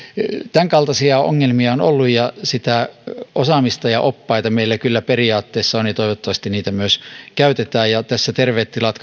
tämänkaltaisia ongelmia on ollut ja sitä osaamista ja oppaita meillä kyllä periaatteessa on ja toivottavasti niitä myös käytetään tässä terveet tilat